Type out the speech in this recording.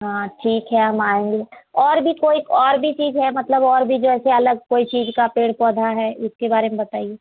हाँ ठीक है हम आएँगे और भी कोई और भी चीज है मतलब और भी जैसे अलग कोई चीज का पेड़ पौधा है उसके बारे में बताइए